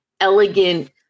elegant